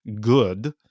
good